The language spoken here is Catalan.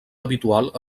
habitual